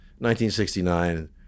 1969